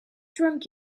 drunk